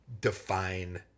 define